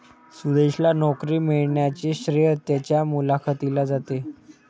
सुदेशला नोकरी मिळण्याचे श्रेय त्याच्या मुलाखतीला जाते